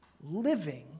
living